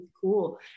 cool